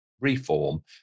reform